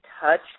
touch